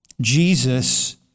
Jesus